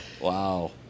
Wow